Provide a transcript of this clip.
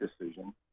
decision